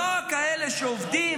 לא כאלה שעובדים,